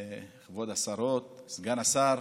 כבוד השרות, סגן השר,